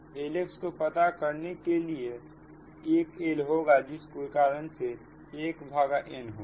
Lx को पता करने के लिए एक L होगा जिसके कारण से 1n होगा